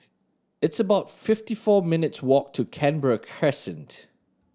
it's about fifty four minutes' walk to Canberra Crescent